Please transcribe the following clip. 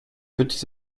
petits